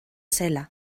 zela